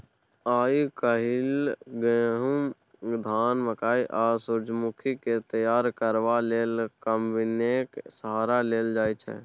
आइ काल्हि गहुम, धान, मकय आ सूरजमुखीकेँ तैयार करबा लेल कंबाइनेक सहारा लेल जाइ छै